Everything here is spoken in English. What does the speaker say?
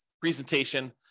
presentation